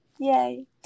yay